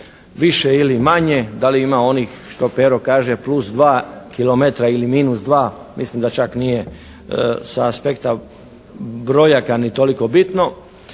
više ili manje, da li ima onih što Pero kaže plus 2 kilometra ili minus 2, mislim da čak nije sa aspekta brojaka ni toliko bitno,